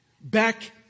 Back